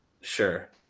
Sure